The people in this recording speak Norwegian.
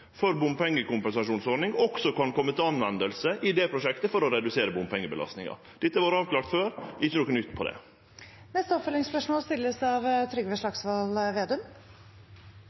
for bompengekompensasjonsordning også kan nyttast i det prosjektet for å redusere bompengebelastinga. Dette har vore avklart før, det er ikkje noko nytt her. Trygve Slagsvold Vedum – til oppfølgingsspørsmål.